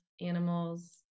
animals